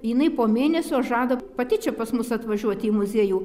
jinai po mėnesio žada pati čia pas mus atvažiuoti į muziejų